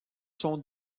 sont